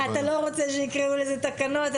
אתה לא רוצה שיקראו לזה "תקנות",